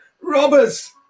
Robbers